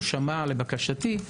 או שמע לבקשתי.